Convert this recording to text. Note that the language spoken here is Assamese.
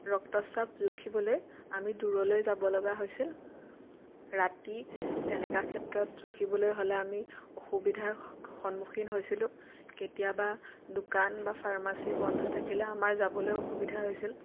ৰক্তচাপ জুখিবলৈ আমি দূৰলৈ যাব লগা হৈছিল ৰাতি তেনেকুৱা ক্ষেত্ৰত জুখিবলৈ হ'লে আমি অসুবিধাৰ সন্মুখীন হৈছিলোঁ কেতিয়াবা দোকান বা ফাৰ্মাচী বন্ধ থাকিলে আমাৰ যাবলৈ অসুবিধা হৈছিল